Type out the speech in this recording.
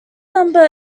number